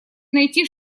найти